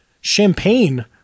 champagne